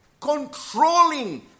controlling